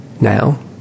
now